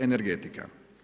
Energetika.